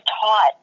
taught